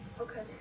Okay